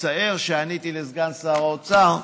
מצטער שעניתי לסגן שר האוצר,